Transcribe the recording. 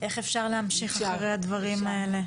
איך אפשר להמשיך אחרי הדברים האלה?